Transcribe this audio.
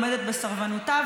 עומדות בסרבנותן.